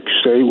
Stay